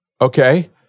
Okay